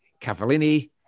Cavallini